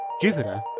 Jupiter